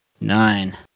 nine